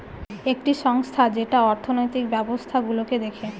একটি সংস্থা যেটা অর্থনৈতিক ব্যবস্থা গুলো দেখে